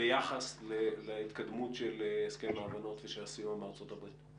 ביחס להתקדמות של הסכם ההבנות והסיוע מארצות הברית?